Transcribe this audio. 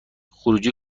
خروجی